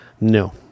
No